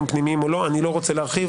או שתראה לעצמך תפקיד לתקן כל הערה שאני